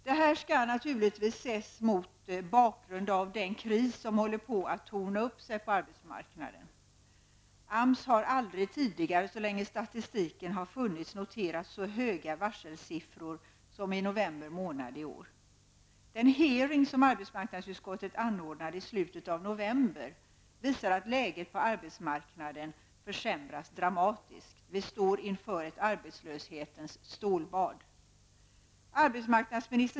Frågan bör naturligtvis ses mot bakgrund av den kris som håller på att torna upp sig på arbetsmarknaden. AMS har aldrig någonsin under den tid som statistiken har funnits noterat så höga varselsiffror som i november månad i år. Den hearing som arbetsmarknadsutskottet anordnade i slutet av november visade på att läget på arbetsmarknaden försämras dramatiskt. Vi står inför ett arbetslöshetens stålbad.